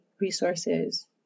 resources